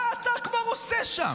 מה אתה כבר עושה שם?